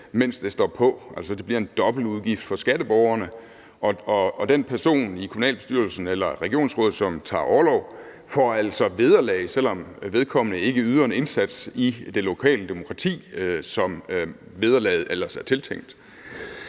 mens det står på. Det bliver altså en dobbeltudgift for skatteborgerne, og den person i kommunalbestyrelsen eller regionsrådet, som tager orlov, får vederlag, selv om vedkommende ikke yder en indsats i det lokale demokrati, som vederlaget ellers er tiltænkt.